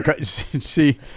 See